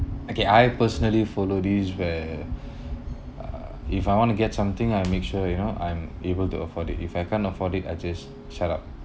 okay I personally follow this where uh if I want to get something I make sure you know I'm able to afford it if I can't afford it I just shut up